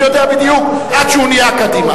אני יודע בדיוק, עד שהוא נהיה קדימה.